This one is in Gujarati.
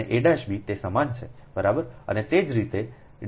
તો d ab અને a'b તે સમાન છે બરાબર